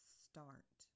start